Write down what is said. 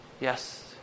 Yes